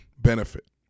benefit